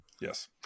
Yes